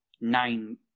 nine